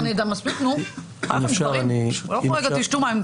מספיק, חברים, לכו רגע, תשתו מים.